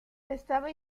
estaba